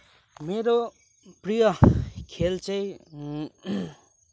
मेरो प्रिय खेल चाहिँ